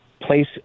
place